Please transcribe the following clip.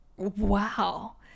wow